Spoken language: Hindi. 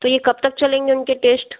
तो ये कब तक चलेंगे उनके टैश्ट